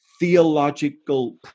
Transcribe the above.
theological